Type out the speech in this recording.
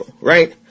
right